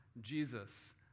Jesus